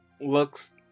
looks